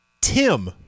Tim